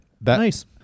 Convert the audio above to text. Nice